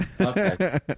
okay